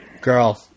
Girl